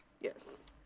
Yes